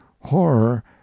horror